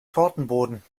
tortenboden